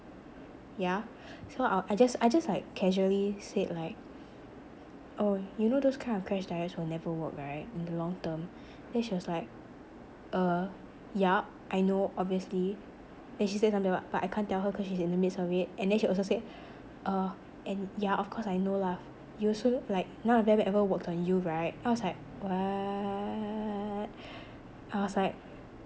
yeah so I'll I just I just like casually said like oh you know those kind of crash diets will never work right in the long term then she was like uh ya I know obviously then she said something about but I can't tell her she's in the midst of it and then she also said uh and yeah of course I know lah you also like none of them ever worked on you right then I was like what I was like